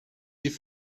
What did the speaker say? die